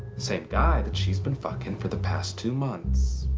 same guy that she's been fucking for the past two months.